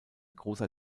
großer